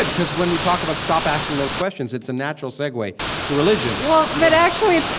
because when we talk about stop asking those questions, it's a natural segue to religion but actually,